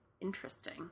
interesting